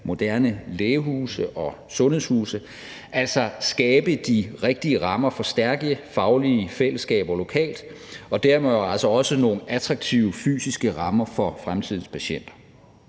moderne lægehuse og sundhedshuse, altså skabe de rigtige rammer for stærke faglige fællesskaber lokalt og dermed jo altså også nogle attraktive fysiske rammer for fremtidens patienter.